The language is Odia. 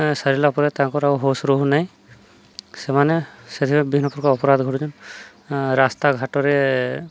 ସାରିଲା ପରେ ତାଙ୍କର ଆଉ ହୋସ୍ ରହୁ ନାହିଁ ସେମାନେ ସେଥିପାଇଁ ବିଭିନ୍ନ ପ୍ରକାର ଅପରାଧ ଘଟୁଛନ୍ ରାସ୍ତା ଘାଟରେ